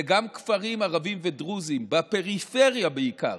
וגם כפרים ערביים ודרוזיים, בפריפריה בעיקר,